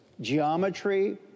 geometry